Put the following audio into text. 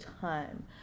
time